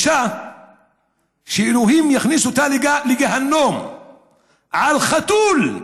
אישה שאלוהים יכניס אותה לגיהינום על חתול,